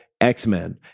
X-Men